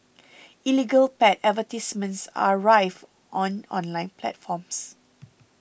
illegal pet advertisements are rife on online platforms